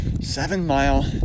seven-mile